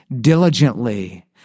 diligently